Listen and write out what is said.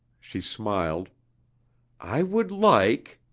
she smiled i would like.